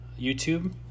YouTube